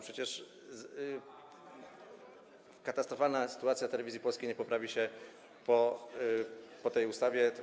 Przecież katastrofalna sytuacja Telewizji Polskiej nie poprawi się po tej ustawie.